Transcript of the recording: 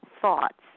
thoughts